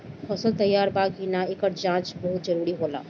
फसल तैयार बा कि ना, एकर जाँच बहुत जरूरी होला